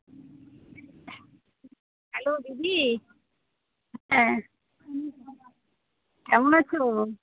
hello দিদি হ্যাঁ কেমন আছো